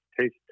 taste